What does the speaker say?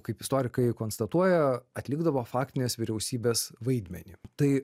kaip istorikai konstatuoja atlikdavo faktinės vyriausybės vaidmenį tai